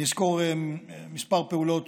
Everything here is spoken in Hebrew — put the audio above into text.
אני אסקור כמה פעולות